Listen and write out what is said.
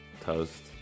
toast